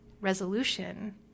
resolution